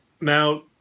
Now